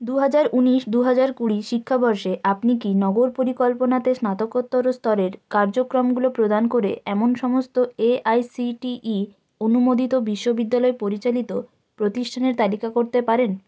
দু হাজার উনিশ দু হাজার কুড়ি শিক্ষাবর্ষে আপনি কি নগর পরিকল্পনাতে স্নাতকোত্তর স্তরের কার্যক্রমগুলো প্রদান করে এমন সমস্ত A I C T E অনুমোদিত বিশ্ববিদ্যালয় পরিচালিত প্রতিষ্ঠানের তালিকা করতে পারেন